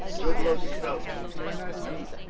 good looking coach. very nice coach.